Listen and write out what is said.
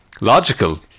logical